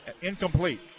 Incomplete